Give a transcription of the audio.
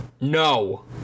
No